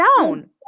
down